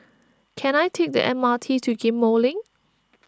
can I take the M R T to Ghim Moh Link